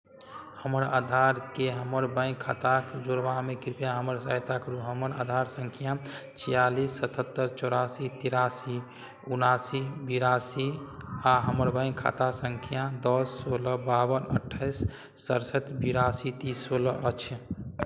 हमर आधारकेँ हमर बैंक खाता जोड़बामे कृपया हमर सहायता करू हमर आधार सङ्ख्या छियालिस सतहत्तरि चौरासी तिरासी उनासी बिरासी आ हमर बैंक खाता सङ्ख्या दस सोलह बाबन अठाइस सड़सठि बिरासी सोलह अछि